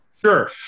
Sure